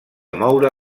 moure